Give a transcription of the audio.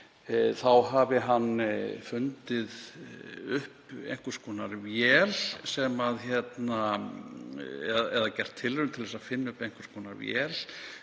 hafi hann fundið upp einhvers konar vél, eða gert tilraun til að finna upp einhvers konar vél,